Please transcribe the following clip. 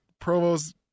Provo's